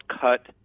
cut